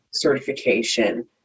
certification